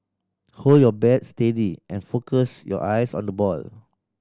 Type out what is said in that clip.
hold your bat steady and focus your eyes on the ball